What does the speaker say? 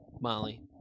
molly